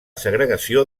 segregació